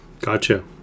Gotcha